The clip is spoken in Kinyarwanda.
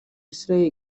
isiraheli